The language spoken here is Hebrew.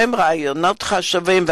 ובהם עולים רעיונות חשובים.